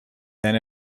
then